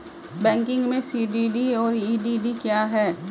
Banking में CDD और EDD क्या हैं?